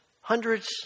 hundreds